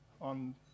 on